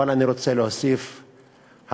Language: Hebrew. אבל אני רוצה להוסיף הערה,